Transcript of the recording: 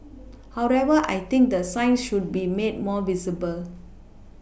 however I think the signs should be made more visible